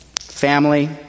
family